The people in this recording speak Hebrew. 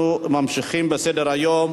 אנחנו ממשיכים בסדר-היום.